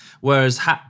Whereas